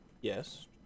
Yes